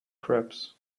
crabs